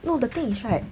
no the thing is right